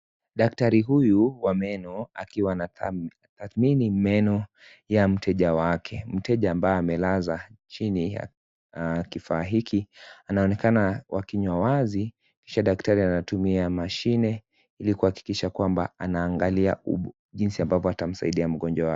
Daktari huyu wa meno akiwa anatathmini meno ya mteja wake. Mteja ambaye amelaza chini na kifaa hiki, anaonekana wakinywa wasi kisha daktari anatumia mashine ili kuhakikisha kwamba anaangalia jinsi ambalo anatasaidia mgonjwa wake.